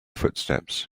footsteps